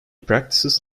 practices